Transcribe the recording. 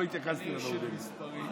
כנסת נכבדה,